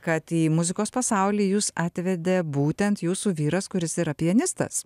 kad į muzikos pasaulį jus atvedė būtent jūsų vyras kuris yra pianistas